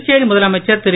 புதுச்சேரிமுதலமைச்சர்திரு